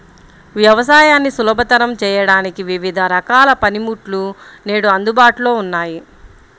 వ్యవసాయాన్ని సులభతరం చేయడానికి వివిధ రకాల పనిముట్లు నేడు అందుబాటులో ఉన్నాయి